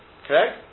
Correct